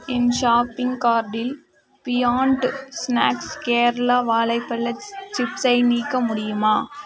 என் shopping கார்ட்டில் beyond snacks Kerala வாழைப்பழம் சிப்ஸை நீக்க முடியுமா